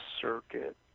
circuit